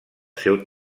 seu